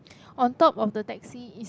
on top of the Taxi